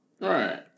Right